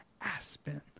Aspen